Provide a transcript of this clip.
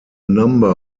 number